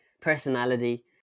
personality